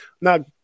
Now